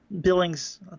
Billings